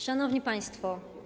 Szanowni Państwo!